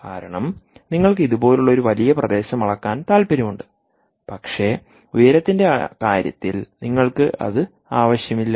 കാരണം നിങ്ങൾക്ക് ഇതുപോലുള്ള ഒരു വലിയ പ്രദേശം അളക്കാൻ താൽപ്പര്യമുണ്ട് പക്ഷേ ഉയരത്തിന്റെ കാര്യത്തിൽ നിങ്ങൾക്ക് അത് ആവശ്യമില്ല